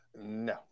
No